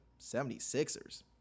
76ers